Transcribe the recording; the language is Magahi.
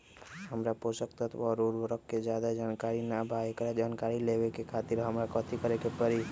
हमरा पोषक तत्व और उर्वरक के ज्यादा जानकारी ना बा एकरा जानकारी लेवे के खातिर हमरा कथी करे के पड़ी?